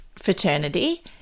Fraternity